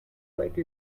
quite